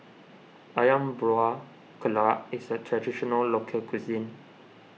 Ayam Buah Keluak is a Traditional Local Cuisine